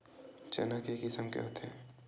चना के किसम के होथे?